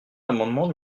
l’amendement